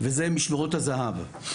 וזה משמרות הזהב.